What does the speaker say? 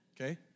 okay